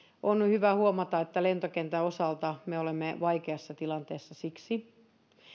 on on hyvä huomata että lentokentän osalta me olemme vaikeassa tilanteessa siksi